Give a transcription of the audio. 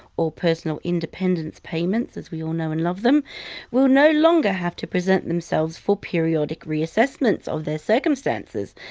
or personal independence payments as we all know and love them will no longer have to present themselves for periodic reassessments of their circumstances.